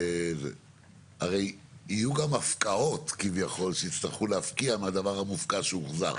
הרי יהיו גם הפקעות כביכול שיצטרכו להפקיע מהדבר המופקע שהוחזר.